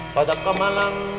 Padakamalang